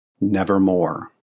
nevermore